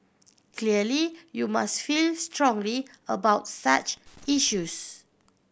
clearly you must feel strongly about such issues